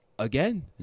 again